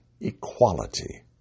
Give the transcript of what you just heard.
equality